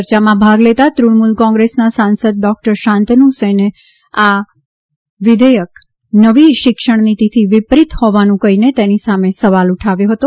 ચર્ચામાં ભાગ લેતાં તૃણમૂલ કોંગ્રેસના સાંસદ ડોક્ટર શાંતનુસેને આ વિઘેયક નવી શિક્ષણ નીતીથી વિપરીત હોવાનું કહીને તેની સામે સવાલ ઉઠાવ્યો હતો